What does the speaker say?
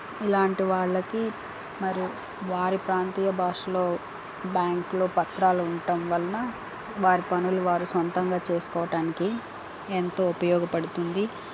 ఇలాంటి వాళ్ళకి మరియు వారి ప్రాంతీయ భాషలో బ్యాంకులో పత్రాలు ఉండటం వలన వారి పనులు వారు సొంతంగా చేసుకోవటానికి ఎంతో ఉపయోగపడుతుంది